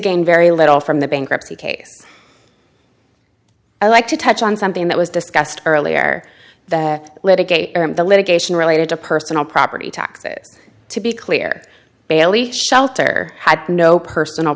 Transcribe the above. gain very little from the bankruptcy case i like to touch on something that was discussed earlier the litigate the litigation related to personal property taxes to be clear bailey's shelter had no personal